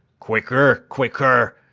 quicker, quicker!